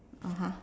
(uh huh)